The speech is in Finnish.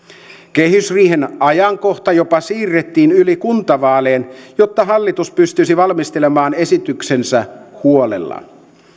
kehysriihen ajankohtaa jopa siirrettiin yli kuntavaalien jotta hallitus pystyisi valmistelemaan esityksensä huolella